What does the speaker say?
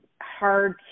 hard